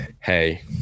Hey